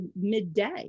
midday